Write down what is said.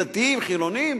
דתיים וחילונים.